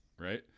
Right